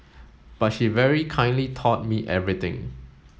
but she very kindly taught me everything